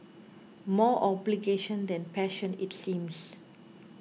more obligation than passion it seems